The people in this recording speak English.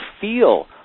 feel